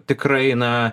tikrai na